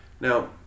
now